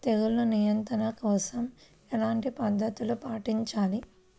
తెగులు నియంత్రణ కోసం ఎలాంటి పద్ధతులు పాటించాలి?